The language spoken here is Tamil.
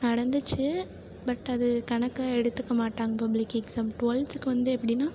நடந்துச்ச பட் அது கணக்காக எடுத்துக்க மாட்டாங்க பப்ளிக் எக்ஸாம் டுவெல்த்துக்கு வந்து எப்படின்னா